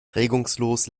regungslos